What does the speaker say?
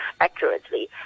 accurately